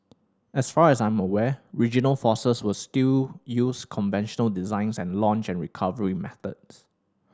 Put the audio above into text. as far as I'm aware regional forces was still use conventional designs and launch and recovery methods